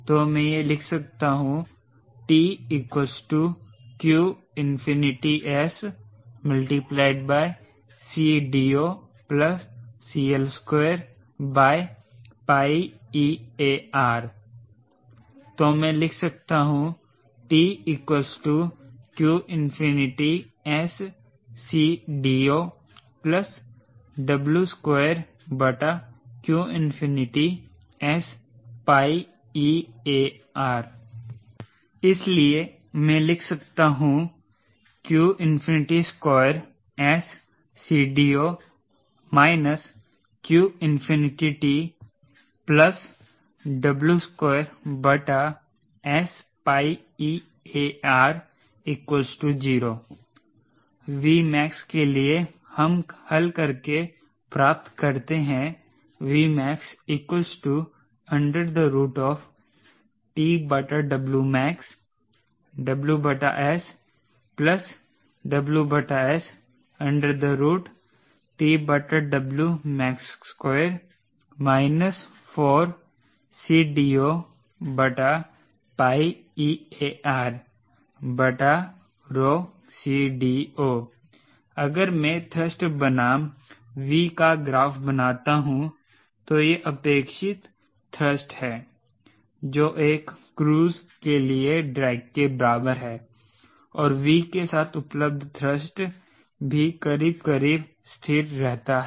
तो मैं यह लिख सकता हूं T qSCDO CL2eAR तो मैं लिख सकता हूं T qSCDOW2qSeAR इसलिए मैं लिख सकता हूं q2SCDO qT W2SeAR 0 Vmax के लिए हम हल करके प्राप्त करते हैं Vmax TWmax WS WS TWmax2 4CDOeARCDO12 अगर मैं थ्रस्ट बनाम V का ग्राफ बनाता हूं तो वह अपेक्षित थ्रस्ट है जो एक क्रूज के लिए ड्रैग के बराबर है और V के साथ उपलब्ध थ्रस्ट भी करीब करीब स्थिर रहता है